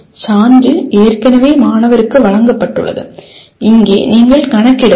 சான்று ஏற்கனவே மாணவருக்கு வழங்கப்பட்டுள்ளது இங்கே நீங்கள் கணக்கிடவில்லை